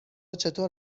چطور